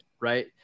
right